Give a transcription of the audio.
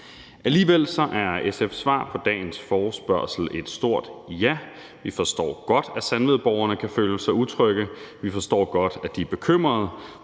Alligevel er SF's svar på dagens forespørgsel et stort ja. Vi forstår godt, at Sandvadborgerne kan føle sig utrygge, og vi forstår godt, at de er bekymrede,